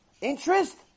interest